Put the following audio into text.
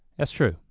that's true,